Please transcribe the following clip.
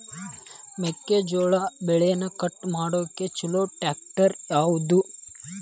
ಮೆಕ್ಕೆ ಜೋಳ ಬೆಳಿನ ಕಟ್ ಮಾಡಾಕ್ ಛಲೋ ಟ್ರ್ಯಾಕ್ಟರ್ ಯಾವ್ದು?